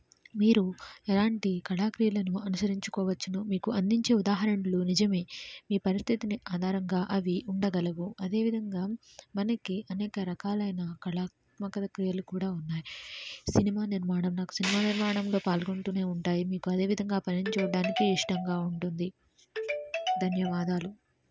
మీరు ఎలాంటి కళాక్రియలను అనుసరించుకోవచ్చు మీకు అందించే ఉదాహరణలు నిజమే మీ పరిస్థితిని ఆధారంగా అవి ఉండగలవు అదేవిధంగా మనకి అనేక రకాలైన కళాత్మక క్రియలు కూడా ఉన్నాయి సినిమా నిర్మాణం నాకు నాకు సినిమా నిర్మాణంలో పాల్గొంటు ఉంటాయి మీకు అదేవిధంగా ఆ పనిని చూడటానికి ఇష్టంగా ఉంటుంది ధన్యవాదాలు